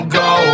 go